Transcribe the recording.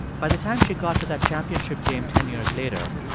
by the time she got to that championship game ten years later,